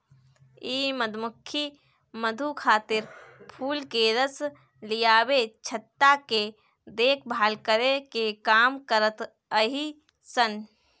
इ मधुमक्खी मधु खातिर फूल के रस लियावे, छत्ता के देखभाल करे के काम करत हई सन